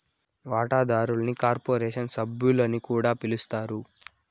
వాటాదారుల్ని కార్పొరేషన్ సభ్యులని కూడా పిలస్తారు